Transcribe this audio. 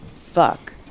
fuck